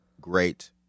great